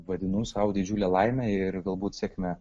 vadinu sau didžiule laime ir galbūt sėkme